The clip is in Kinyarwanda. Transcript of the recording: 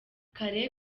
kale